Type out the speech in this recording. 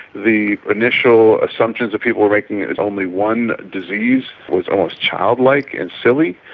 the initial assumptions that people were making that it's only one disease was almost childlike and silly.